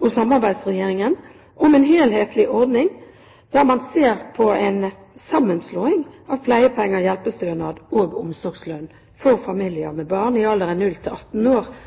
og man ber Samarbeidsregjeringen om en helhetlig ordning, der man ser på en sammenslåing av pleiepenger, hjelpestønad og omsorgslønn for familier med barn i alderen 0–18 år